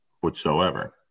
whatsoever